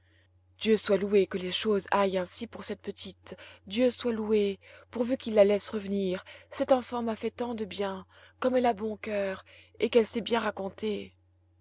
dieu soit loué que les choses aillent ainsi pour cette petite dieu soit loué pourvu qu'il la laisse revenir cette enfant m'a fait tant de bien comme elle a bon cœur et qu'elle sait bien raconter